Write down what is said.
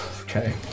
Okay